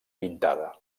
pintada